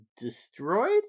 destroyed